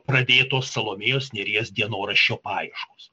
pradėtos salomėjos nėries dienoraščio paieškos